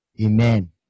amen